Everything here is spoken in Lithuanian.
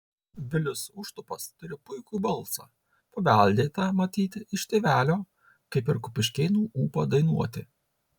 vilius užtupas turi puikų balsą paveldėtą matyt iš tėvelio kaip ir kupiškėnų ūpą dainuoti